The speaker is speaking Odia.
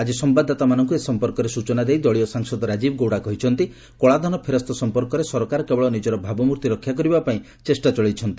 ଆଜି ସମ୍ଭାଦଦାତାମାନଙ୍କୁ ଏ ସମ୍ପର୍କରେ ସୂଚନା ଦେଇ ଦଳୀୟ ସାଂସଦ ରାଜୀବ୍ ଗୌଡ଼ା କହିଛନ୍ତି କଳାଧନ ଫେରସ୍ତ ସମ୍ପର୍କରେ ସରକାର କେବଳ ନିଜର ଭାବମୂର୍ତ୍ତି ରକ୍ଷା କରିବାପାଇଁ ଚେଷ୍ଟା ଚଳାଇଛନ୍ତି